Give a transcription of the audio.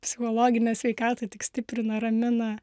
psichologinę sveikatą tik stiprina ramina